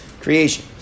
creation